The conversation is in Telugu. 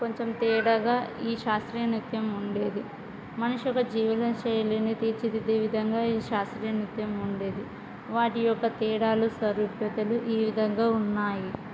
కొంచెం తేడాగా ఈ శాస్త్రీయ నృత్యం ఉండేది మనిషి యొక్క జీవన శైలిని తీర్చిదిద్దే విధంగా ఈ శాస్త్రీయ నృత్యం ఉండేది వాటి యొక్క తేడాలు సారూప్యతలు ఈ విధంగా ఉన్నాయి